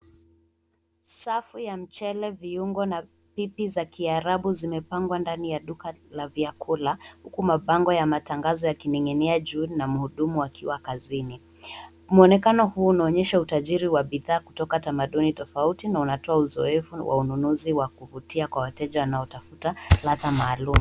Safu ya mchele, viungo na pipi za kiarabu zimepangwa ndani ya duka la vyakula huku mabango ya matangazo yakining'inia juu na mhudumu akiwa kazini. Muonekano huu unaonyesha utajiri wa bidhaa kutoka tamaduni tofauti na unatoa uzoevu wa ununuzi wa kuvutia kwa wateja wanaotafuta ladha maalum.